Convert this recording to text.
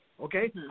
okay